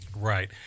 Right